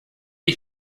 die